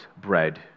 bread